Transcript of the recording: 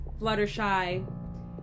Fluttershy